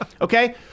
Okay